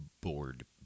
Bored